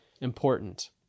important